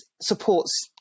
supports